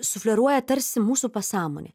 sufleruoja tarsi mūsų pasąmonė